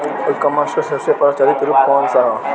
ई कॉमर्स क सबसे प्रचलित रूप कवन सा ह?